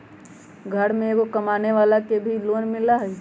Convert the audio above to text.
घर में एगो कमानेवाला के भी लोन मिलहई?